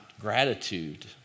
gratitude